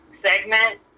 segment